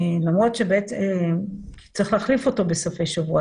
צריך להחליף אותו בסופי שבוע.